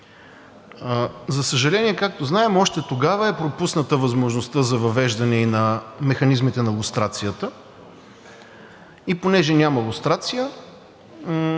За съжаление, както знаем, още тогава е пропусната възможността за въвеждане и на механизмите на лустрацията. И понеже няма лустрация,